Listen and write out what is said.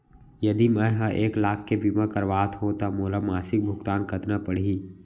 यदि मैं ह एक लाख के बीमा करवात हो त मोला मासिक भुगतान कतना पड़ही?